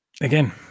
again